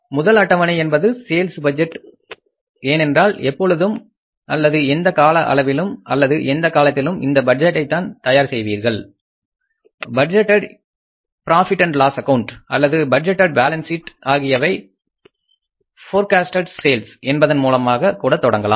முதல் அட்டவணை என்பது சேல்ஸ் பட்ஜெட் ஏனென்றால் எப்பொழுதும் அல்லது எந்த கால அளவிலும் அல்லது எந்த காலத்திலும் இந்த பட்ஜெட்டைத்தான் தயார் செய்வீர்கள் budgeted profit and loss account அல்லது பட்ஜெட்டெட் பேலன்ஸ் ஷீட் ஆகியவை போர்காஸ்ட்டேட் சேல்ஸ் என்பதன் மூலமாக கூட தொடங்கலாம்